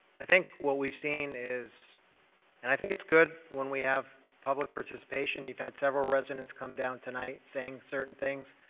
i think what we've seen is and i think it's good when we have public participation. you've had several residents come down tonight saying certain things,